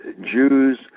Jews